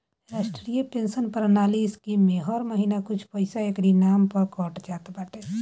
राष्ट्रीय पेंशन प्रणाली स्कीम में हर महिना कुछ पईसा एकरी नाम पअ कट जात बाटे